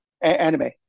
Anime